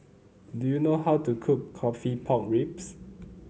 do you know how to cook coffee Pork Ribs